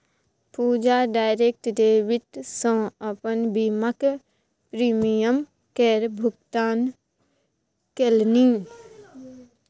पूजा direct debit सँ अपन बीमाक प्रीमियम केर भुगतान केलनि